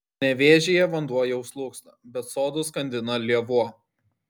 nevėžyje vanduo jau slūgsta bet sodus skandina lėvuo